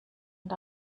und